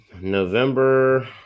November